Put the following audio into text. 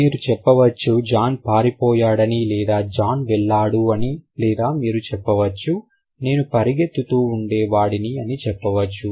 మీరు చెప్పవచ్చు జాన్ పారిపోయాడని లేదా జాన్ వెళ్ళాడు అని లేదా మీరు చెప్పవచ్చు నేను పరిగెత్తుతూ ఉండేవాడిని అని చెప్పవచ్చు